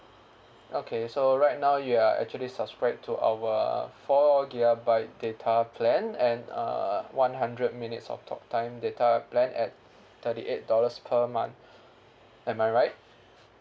okay so right now you are actually subscribed to our four gigabyte data plan and uh one hundred minutes of talk time data plan at thirty eight dollars per month am I right